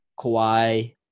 Kawhi